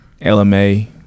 LMA